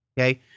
Okay